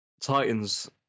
Titans